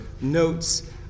notes